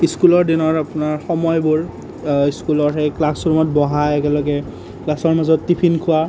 স্কুলৰ দিনৰ আপোনাৰ সময়বোৰ স্কুলৰ সেই ক্লাছ ৰূমত বহা একেলগে ক্লাছৰ মাজত টিফিন খোৱা